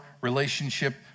relationship